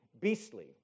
beastly